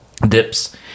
dips